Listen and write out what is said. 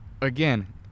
Again